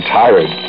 tired